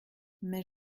mais